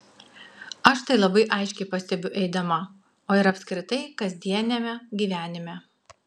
aš tai labai aiškiai pastebiu eidama o ir apskritai kasdieniame gyvenime